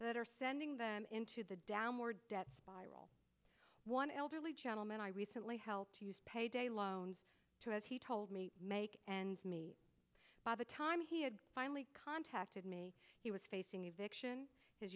that are sending them into the down more debt spiral one elderly gentleman i recently helped to use payday loans to as he told me make ends meet by the time he had finally contacted me he was facing eviction his